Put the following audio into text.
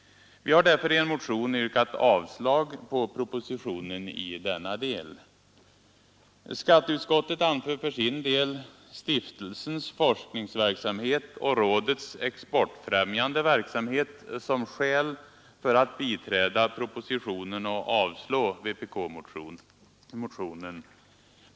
Vi har därför i en motion yrkat avslag på propositionen i denna del. Skatteutskottet anför för sin del stiftelsens forskningsverksamhet och rådets exportfrämjande verksamhet som skäl för att biträda propositionen och avstyrka vpk-motionen.